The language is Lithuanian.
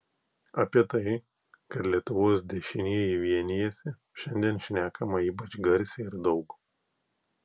apie tai kad lietuvos dešinieji vienijasi šiandien šnekama ypač garsiai ir daug